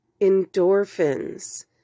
endorphins